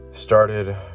started